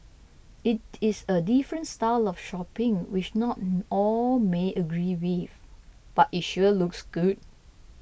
it is a different style of shopping which not all may agree with but it sure looks good